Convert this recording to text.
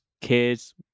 kids